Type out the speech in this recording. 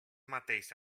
mateix